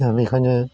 दा बेखायनो